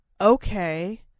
okay